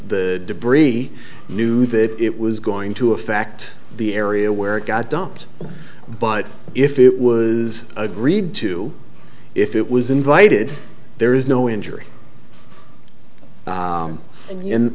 debris knew that it was going to affect the area where it got dumped but if it was agreed to if it was invited there is no injury